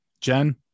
Jen